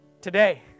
Today